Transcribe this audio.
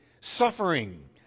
suffering